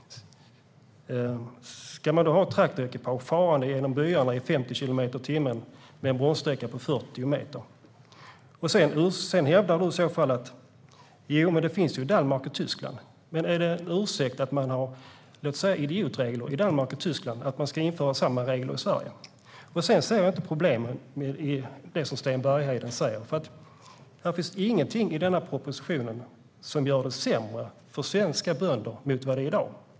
Ska man då ha traktorekipage farande genom byarna i 50 kilometer per timme med en bromssträcka på 40 meter? Sten Bergheden hänvisar till Danmark och Tyskland. Men är det en ursäkt? Om man har idiotregler där, ska man då införa samma regler i Sverige? Jag ser inte problemen som Sten Bergheden tar upp. Det finns ingenting i denna proposition som gör det sämre för svenska bönder jämfört med i dag.